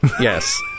Yes